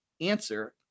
answer